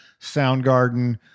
Soundgarden